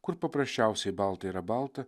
kur paprasčiausiai balta yra balta